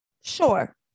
Sure